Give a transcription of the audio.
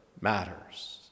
matters